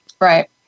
Right